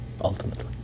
ultimately